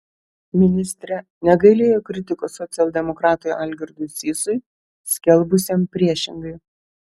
ministrė negailėjo kritikos socialdemokratui algirdui sysui skelbusiam priešingai